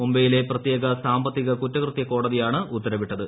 മുംബൈയിലെ പ്രത്യേക സാമ്പത്തിക കുറ്റകൃത്യ കോടതിയാണ് ഉത്തരവിട്ടത്